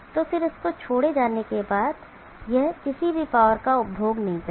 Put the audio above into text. और फिर इसको छोड़े जाने के बाद यह किसी भी पावर का उपभोग नहीं करेगा